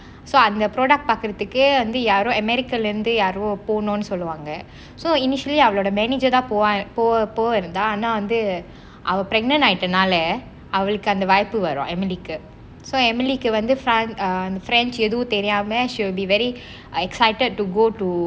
so அந்த:antha product பார்குறதற்கு வந்து யாரோ:paarkuratharku vanthu yaro america விலிருந்து யாரோ போனொண்டு சொல்லுவாங்க:vilirunthu yaro ponaandu solvaanga so initially அவளோட:avaloda manager தான் போவ போவ இருந்த ஆனா வந்த அவ:tana pova pova iruntha aanaa vanthu ava pregnant ஆயிட்டதால அவளுக்கு அந்த வாய்ப்பு வரும்:aayitathu thaala avalukku antha vaaivippu varum emily க்கு:kku so emily க்கு வந்து:kku vantu france um french எதுவும் தெரியாம:etuvum teriyama she will be very excited to go to